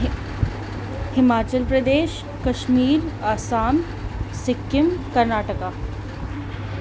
Himachal Pradesh Kashmir Assam Sikkim Karnataka